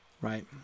right